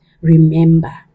remember